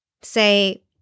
say